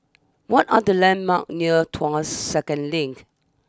what are the landmarks near Tuas second Link